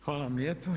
Hvala vam lijepo.